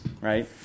right